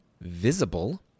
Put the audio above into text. Visible